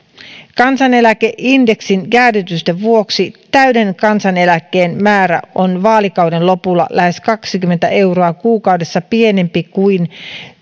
kansaneläkeindeksin jäädytysten vuoksi täyden kansaneläkkeen määrä on vaalikauden lopulla lähes kaksikymmentä euroa kuukaudessa pienempi kuin